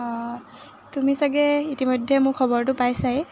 অঁ তুমি চাগে ইতিমধ্যে মোৰ খবৰটো পাইছাই